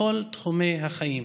בכל תחומי החיים.